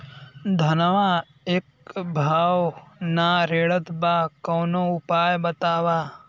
धनवा एक भाव ना रेड़त बा कवनो उपाय बतावा?